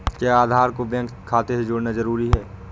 क्या आधार को बैंक खाते से जोड़ना जरूरी है?